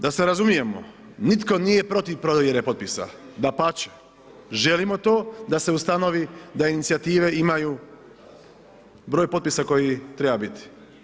Da se razumijemo, nitko nije protiv provjere potpisa, dapače, želimo to da se ustanovi da inicijative imaju broj potpisa koji treba biti.